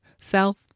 self